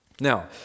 Now